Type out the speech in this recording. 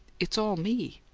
it's all me!